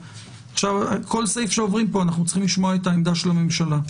עכשיו בכל סעיף שעוברים כאן אנחנו צריכים לשמוע את עמדת הממשלה.